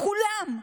כולם.